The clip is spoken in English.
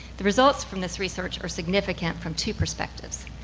the results from this research are significant from two perspectives.